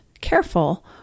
careful